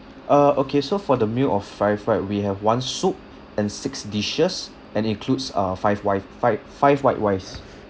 uh okay so for the meal of five right we have one soup and six dishes and includes uh five wine five five white wines